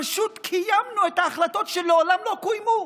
פשוט קיימנו את ההחלטות שמעולם לא קוימו,